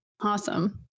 Awesome